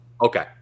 Okay